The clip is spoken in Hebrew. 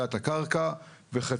עכשיו מוועדת כלכלה והפתרון לבעיית התאגידים